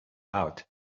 out